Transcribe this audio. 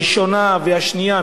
הראשונה והשנייה,